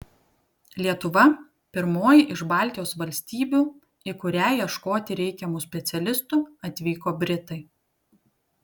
lietuva pirmoji iš baltijos valstybių į kurią ieškoti reikiamų specialistų atvyko britai